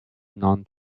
non